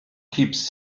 keeps